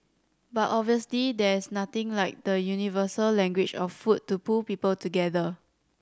but obviously there is nothing like the universal language of food to pull people together